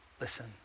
Listen